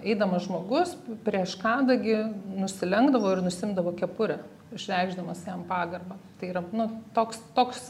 eidamas žmogus prieš kadagį nusilenkdavo ir nusiimdavo kepurę išreikšdamas jam pagarbą tai yra nu toks toks